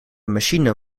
machine